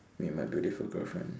meet my beautiful girlfriend